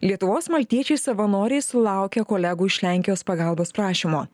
lietuvos maltiečiai savanoriai sulaukia kolegų iš lenkijos pagalbos prašymo